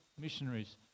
missionaries